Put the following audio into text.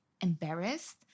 embarrassed